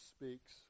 speaks